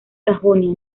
sajonia